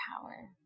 power